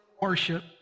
worship